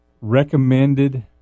Recommended